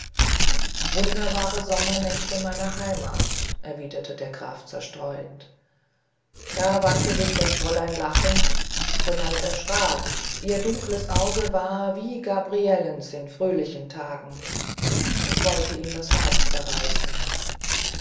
wunderbare sommernächte meiner heimat erwiderte der graf zerstreut da wandte sich das fräulein lachend renald erschrak ihr dunkles auge war wie gabrielens in fröhlichen tagen es wollte ihm das herz zerreißen